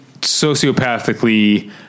sociopathically